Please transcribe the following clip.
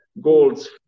goals